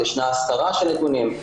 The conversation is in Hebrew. ישנה הסתרה של נתונים.